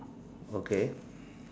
okay